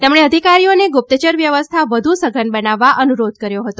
તેમણે અધિકારીઓને ગુપ્તચર વ્યવસ્થા વધુ સઘન બનાવવા અનુરોધ કર્યો હતો